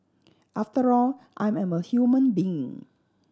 after all I'm I'm a human being